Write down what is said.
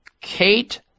Kate